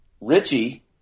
Richie